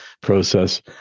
process